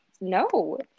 no